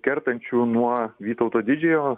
kertančių nuo vytauto didžiojo